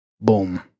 boom